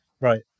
Right